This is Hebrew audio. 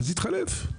אז יתחלף.